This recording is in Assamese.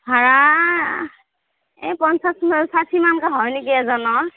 ভাড়া এই পঞ্চাছ ষাঠি মানকৈ হয় নেকি এজনৰ